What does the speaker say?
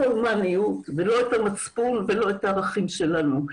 ההומאניות ולא את המצפון ולא את הערכים שלנו.